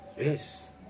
Yes